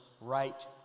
right